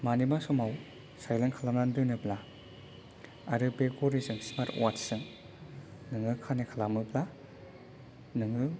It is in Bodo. मानिबा समाव साइलेन्त खालामनानै दोनोब्ला आरो बे घरिजों स्मार्त वात्च जों नोङो कानेक्त खालामोब्ला नोङो